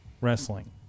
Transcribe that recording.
wrestling